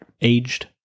aged